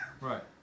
right